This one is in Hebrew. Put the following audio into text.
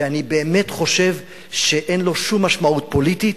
ואני באמת חושב שאין לו שום משמעות פוליטית,